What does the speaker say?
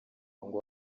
ngo